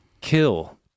kill